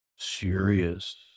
Serious